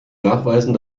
nachweisen